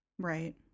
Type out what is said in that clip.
right